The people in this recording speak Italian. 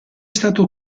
stato